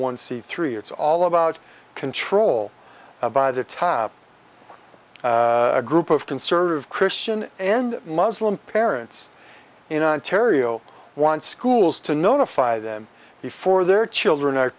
one c three it's all about control by the top a group of conservative christian and muslim parents in ontario want schools to notify them before their children are